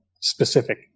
specific